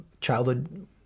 childhood